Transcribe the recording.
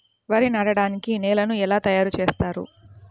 వరి నాటడానికి నేలను ఎలా తయారు చేస్తారు?